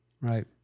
Right